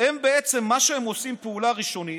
בעצם, מה שהם עושים בפעולה ראשונית,